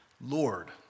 Lord